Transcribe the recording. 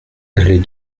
les